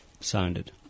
sounded